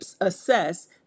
assess